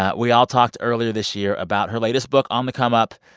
ah we all talked earlier this year about her latest book, on the come up.